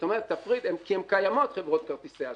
כי הן קיימות, חברות כרטיסי האשראי.